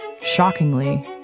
shockingly